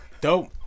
dope